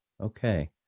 Okay